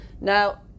now